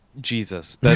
Jesus